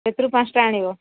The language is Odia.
ସେଥିରୁ ପାଞ୍ଚଟା ଆଣିବ